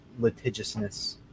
litigiousness